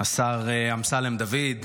השר אמסלם דוד,